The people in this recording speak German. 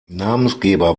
namensgeber